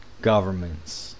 governments